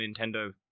Nintendo